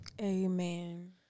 Amen